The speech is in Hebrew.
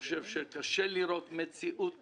קשה לראות מציאות כזאת.